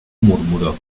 murmuró